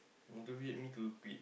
motivate me to quit